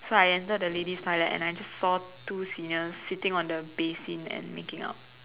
so I enter the lady's toilet and I saw two seniors sitting on the basin and making out